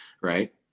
right